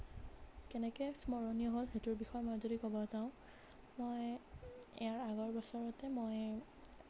কেনেকৈ স্মৰণীয় হ'ল সেইটোৰ বিষয়ে যদি মই ক'বলৈ যাওঁ মই ইয়াৰ আগৰ বছৰতে মই